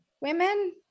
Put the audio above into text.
women